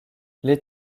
les